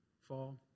fall